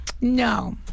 No